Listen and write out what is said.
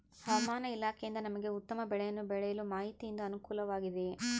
ಹವಮಾನ ಇಲಾಖೆಯಿಂದ ನಮಗೆ ಉತ್ತಮ ಬೆಳೆಯನ್ನು ಬೆಳೆಯಲು ಮಾಹಿತಿಯಿಂದ ಅನುಕೂಲವಾಗಿದೆಯೆ?